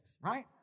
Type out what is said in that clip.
right